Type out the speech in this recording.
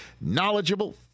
knowledgeable